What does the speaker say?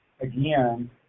again